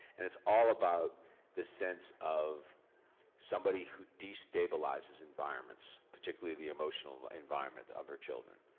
and it's all about the sense of somebody who destabilizes environments, particularly the emotional environment, of her children.